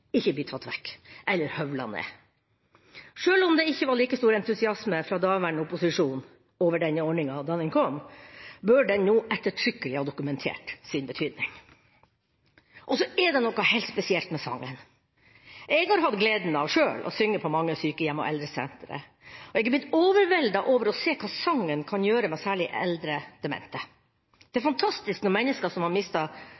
ikke blir tatt vekk eller høvlet ned. Sjøl om det ikke var like stor entusiasme fra daværende opposisjon over denne ordninga da den kom, bør den nå ettertrykkelig ha dokumentert sin betydning. Så er det noe helt spesielt med sangen. Jeg har hatt gleden av sjøl å synge på mange sykehjem og eldresentre, og jeg har blitt overveldet over å se hva sangen kan gjøre med særlig eldre demente. Det